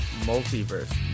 multiverse